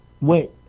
Wait